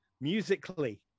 musically